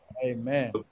Amen